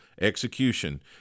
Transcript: execution